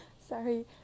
Sorry